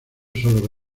sólo